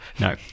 No